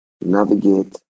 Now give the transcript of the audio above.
navigate